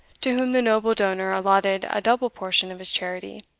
to whom the noble donor allotted a double portion of his charity.